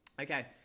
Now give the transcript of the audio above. Okay